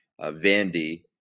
Vandy